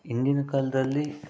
ಹಿಂದಿನ ಕಾಲದಲ್ಲಿ